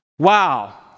Wow